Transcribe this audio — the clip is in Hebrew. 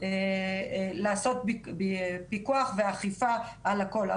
לעשות פיקוח ואכיפה על הכל.